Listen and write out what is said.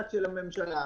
הממשלה.